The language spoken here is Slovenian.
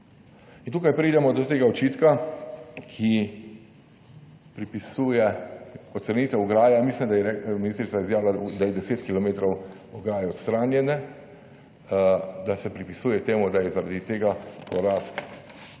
in tukaj pridemo do tega očitka, ki pripisuje odstranitev ograje. Mislim, da je ministrica izjavila, da je 10 kilometrov ograje odstranjene, čemur se pripisuje, da je zaradi tega porast